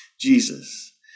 Jesus